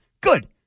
good